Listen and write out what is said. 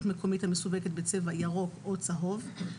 מקומית המסווגת בצבע "ירוק" או "צהוב".